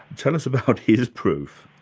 tell us about his proof.